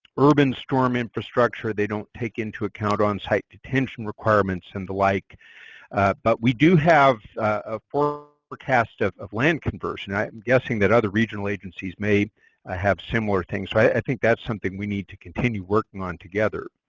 urban storm infrastructure. they don't take into account on-site retention requirements and the like but we do have ah a forecast of of land conversion, i am guessing that other regional agencies may ah have similar things, i think that's something we need to continue working on together.